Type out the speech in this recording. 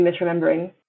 misremembering